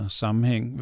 sammenhæng